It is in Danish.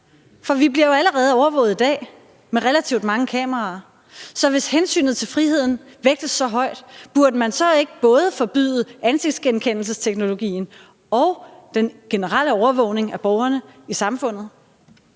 for vi bliver jo allerede overvåget i dag med relativt mange kameraer. Så hvis hensynet til friheden vægtes så højt, burde man så ikke både forbyde ansigtsgenkendelsesteknologien og den generelle overvågning af borgerne i samfundet?